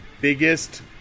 biggest